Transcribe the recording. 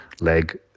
leg